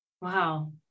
Wow